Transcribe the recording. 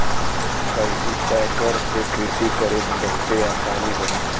cultipacker से कृषि करे में बहुते आसानी होला